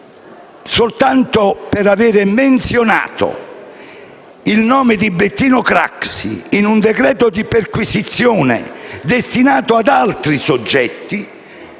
soltanto l'aver menzionato il nome di Bettino Craxi in un decreto di perquisizione destinato ad altri soggetti